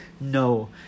no